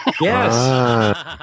yes